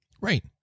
Right